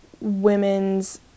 women's